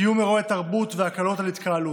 קיום אירועי תרבות והקלות על התקהלות.